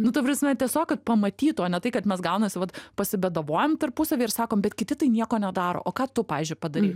nu ta prasme tiesiog kad pamatytų o ne tai kad mes gaunasi vat pasibėdavojam tarpusavyje ir sakom bet kiti tai nieko nedaro o ką tu pavyzdžiui padarei